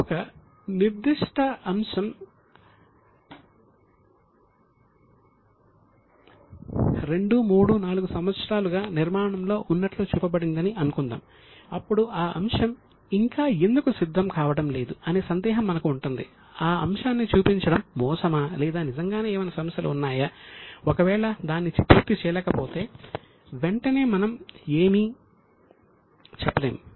ఒక నిర్దిష్ట అంశం 2 3 4 సంవత్సరాలుగా నిర్మాణంలో ఉన్నట్లు చూపబడిందని అనుకుందాం అప్పుడు ఆ అంశం ఇంకా ఎందుకు సిద్ధం కావడం లేదు అనే సందేహం మనకు ఉంటుంది ఆ అంశాన్ని చూపించడం మోసమా లేదా నిజంగానే ఏమైనా సమస్యలు ఉన్నాయా ఒకవేళ దాన్ని పూర్తి చేయలేకపోతే వెంటనే మనం ఏమీ చెప్పలేము